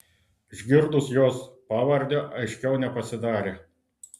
išgirdus jos pavardę aiškiau nepasidarė